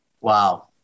Wow